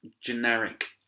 generic